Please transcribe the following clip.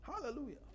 Hallelujah